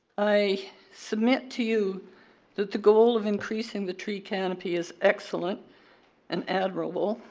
i submit to you that the goal of increasing the tree canopy is excellent and admirable.